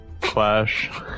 clash